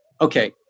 okay